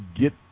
get